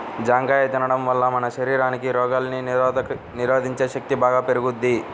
జాంకాయ తిండం వల్ల మన శరీరానికి రోగాల్ని నిరోధించే శక్తి బాగా పెరుగుద్ది